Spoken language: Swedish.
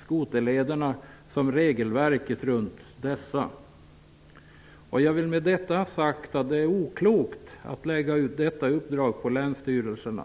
skoterlederna som regelverket runt dessa. Jag vill med detta ha sagt att det är oklokt att lägga ut detta uppdrag på länsstyrelserna.